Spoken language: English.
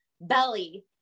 belly